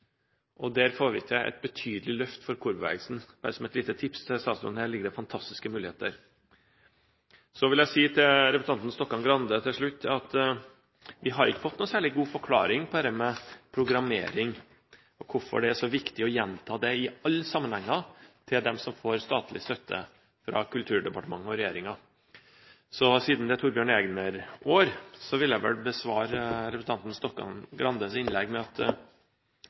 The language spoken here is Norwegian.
og der får vi til et betydelig løft for korbevegelsen – bare som et lite tips til statsråden. Her ligger det fantastiske muligheter. Jeg vil til slutt si til representanten Stokkan-Grande at vi ikke har fått noen særlig god forklaring på dette med programmering og hvorfor det er så viktig å gjenta det i alle sammenhenger til dem som får statlig støtte fra Kulturdepartementet og regjeringen. Siden det er Torbjørn Egner-år, vil jeg besvare representanten Stokkan-Grandes innlegg med at